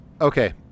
okay